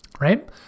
right